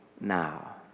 now